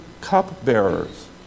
cupbearers